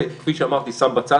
זה, כפי שאמרתי, שם בצד.